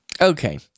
Okay